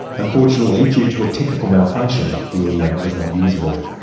unfortunately, due to a technical malfunction, the audio was not usable.